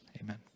Amen